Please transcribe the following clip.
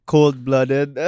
Cold-blooded